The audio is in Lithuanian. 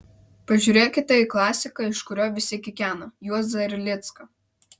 pažiūrėkite į klasiką iš kurio visi kikena juozą erlicką